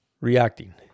reacting